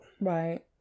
Right